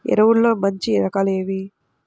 ఎరువుల్లో మంచి రకాలు ఏవి?